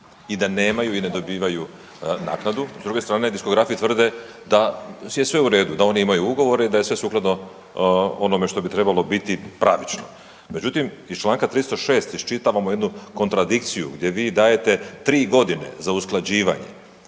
i da nemaju i ne dobivaju naknadu, s druge strane diskografi tvrde da je sve u redu, da oni imaju ugovore i da je sve sukladno onome što bi trebalo biti pravično. Međutim, iz čl. 306. iščitavamo jednu kontradikciju gdje vi dajete 3.g. za usklađivanje.